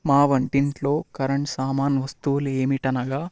మా వంటింట్లో కరెంటు సామాను వస్తువులు ఏమనగా